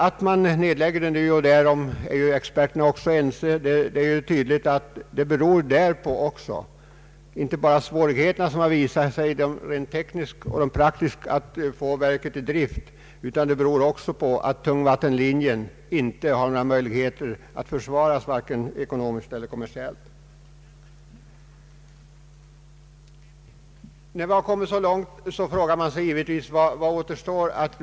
Att man nedlägger det nu — och därom är även experterna ense — beror inte bara på de rent tekniska och praktiska svårigheter som har visat sig när det gällt att få verket i drift utan också på att tungvattenlinjen inte kan försvaras vare sig ekonomiskt eller kommersiellt.